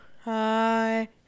Hi